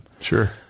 Sure